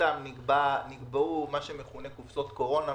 שבמסגרתם נקבעו מה שמכונה קופסאות קורונה,